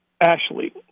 Ashley